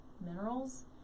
minerals